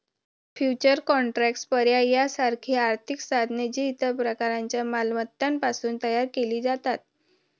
futures contracts, पर्याय यासारखी आर्थिक साधने, जी इतर प्रकारच्या मालमत्तांपासून तयार केली जातात